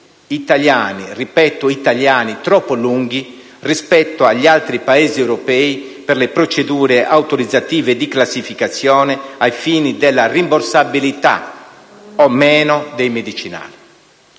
italiani (ripeto, italiani) troppo lunghi rispetto agli altri Paesi europei per le procedure autorizzative di classificazione ai fini della rimborsabilità o meno dei medicinali.